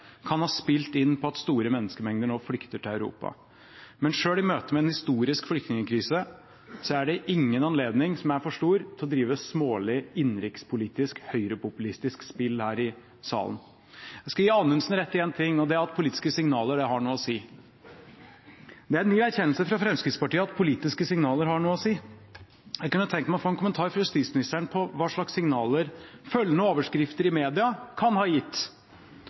kan ha spilt inn på at store menneskemengder nå flykter til Europa. Men selv i møte med en historisk flyktningkrise er det ingen anledning som er for stor til å drive smålig innenrikspolitisk, høyrepopulistisk spill her i salen. Jeg skal gi statsråd Anundsen rett i én ting, og det er at politiske signaler har noe å si. Det er en ny erkjennelse fra Fremskrittspartiet at politiske signaler har noe å si. Jeg kunne tenkt meg å få en kommentar fra justisministeren om hva slags signaler følgende overskrifter i media kan ha gitt: